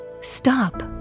Stop